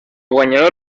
guanyador